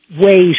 ways